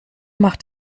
macht